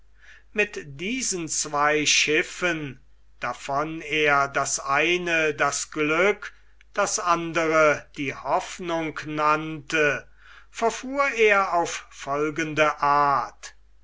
mit diesen zwei schiffen davon er das eine das glück das andere die hoffnung nannte verfuhr er auf folgende art